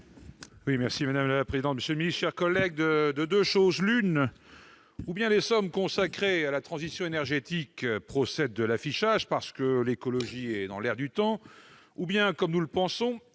l'article. Madame la présidente, monsieur le ministre, mes chers collègues, de deux choses l'une : ou bien les sommes consacrées à la transition énergétique procèdent de l'affichage parce que l'écologie est dans l'air du temps, ou bien, comme nous le pensons,